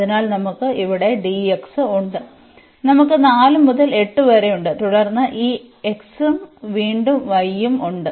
അതിനാൽ നമുക്ക് ഇവിടെ dx ഉണ്ട് നമുക്ക് 4 മുതൽ 8 വരെ ഉണ്ട് തുടർന്ന് ഈ x ഉം വീണ്ടും y ഉം ഉണ്ട്